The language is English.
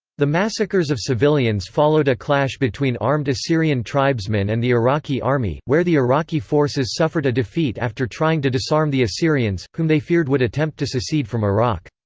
the massacres of civilians followed a clash between armed assyrian tribesmen and the iraqi army, where the iraqi forces suffered a defeat after trying to disarm the assyrians, whom they feared would attempt to secede from iraq.